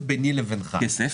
חודשיים,